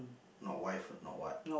not wife not what